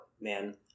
man